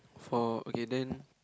for okay then